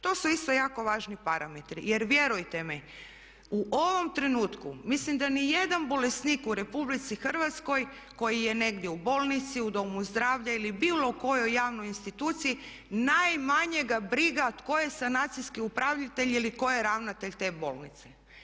To su isto jako važni parametri, jer vjerujte mi u ovom trenutku mislim da ni jedan bolesnik u Republici Hrvatskoj koji je negdje u bolnici u domu zdravlja ili bilo kojoj javnoj instituciji najmanje ga briga tko je sanacijski upravitelj ili tko je ravnatelj te bolnice.